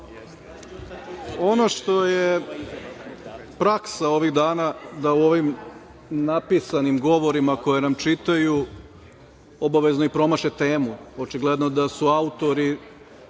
Ono što je praksa ovih dana da u ovim napisanim govorima koje nam čitaju obavezno i promaše temu. Očigledno da su autori